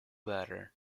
louder